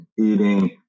eating